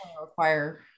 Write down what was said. require